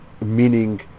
meaning